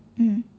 mm